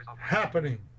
happening